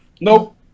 Nope